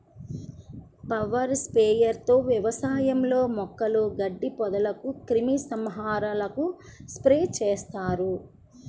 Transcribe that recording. power sprayer తో వ్యవసాయంలో మొక్కలు, గడ్డి, పొదలకు క్రిమి సంహారకాలను స్ప్రే చేస్తారు